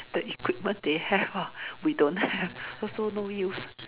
the equipment they have ah we don't have also no use